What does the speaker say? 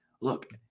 Look